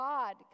God